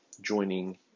joining